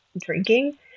drinking